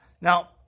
Now